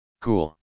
Cool